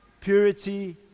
purity